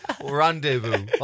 Rendezvous